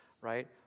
right